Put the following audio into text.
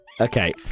Okay